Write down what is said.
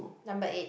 number eight